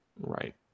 right